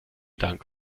dank